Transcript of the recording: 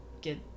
get